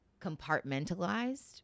compartmentalized